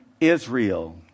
Israel